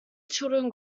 children